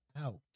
out